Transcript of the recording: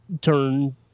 turn